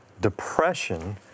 depression